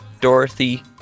Dorothy